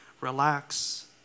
relax